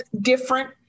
different